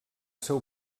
seu